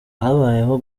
habayeho